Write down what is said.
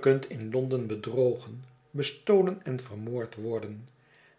kunt in londen bedrogen bestolen en vermoord worden